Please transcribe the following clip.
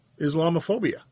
Islamophobia